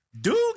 Dude